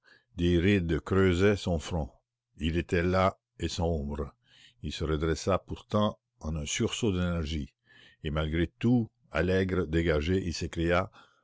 des rides creusaient son front il était las et sombre il se redressa pourtant et malgré tout allègre dégagé il s'écria